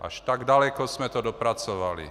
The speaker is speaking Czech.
Až tak daleko jsme to dopracovali.